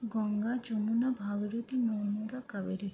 Ganga Yamuna Bhagirathi Narmada Kaveri